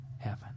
heaven